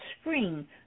spring